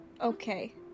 Okay